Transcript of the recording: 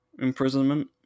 imprisonment